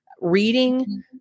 reading